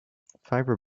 fiber